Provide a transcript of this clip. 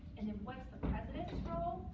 and then what's the president's role?